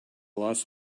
loss